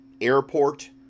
Airport